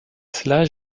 cela